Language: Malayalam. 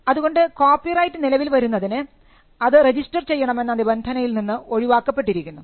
അതുകൊണ്ട് കോപ്പിറൈറ്റ് നിലവിൽ വരുന്നതിന് അത് രജിസ്റ്റർ ചെയ്യണമെന്ന നിബന്ധനയിൽ നിന്ന് ഒഴിവാക്കപ്പെട്ടിരിക്കുന്നു